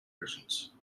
prisons